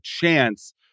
chance